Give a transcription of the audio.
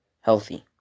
healthy